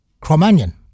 Cro-Magnon